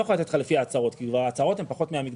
יכול לתת לך לפי ההצהרות כי ההצהרות הן כבר פחות מהמקדמה.